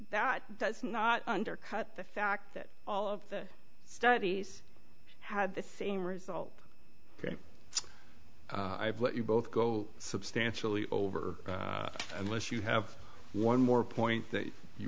that does not undercut the fact that all of the studies had the same result ok i've let you both go substantially over unless you have one more point that you